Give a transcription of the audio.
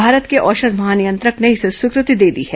भारत के औषध महानियंत्रक ने इसे स्वीकृति दे दी है